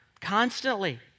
constantly